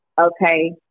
Okay